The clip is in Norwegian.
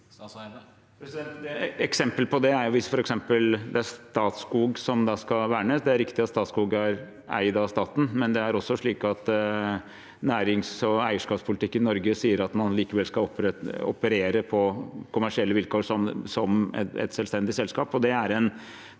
eksempel på det er hvis det er Statskog som skal verne. Det er riktig at Statskog er eid av staten, men det er også slik at nærings- og eierskapspolitikken i Norge sier at man likevel skal operere på kommersielle vilkår som et selvstendig selskap.